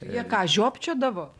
tai jie ką žiopčiodavo